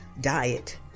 diet